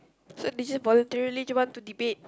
so did you voluntarily want to debate